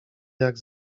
jak